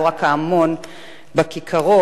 לא רק ההמון בכיכרות.